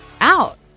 out